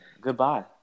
Goodbye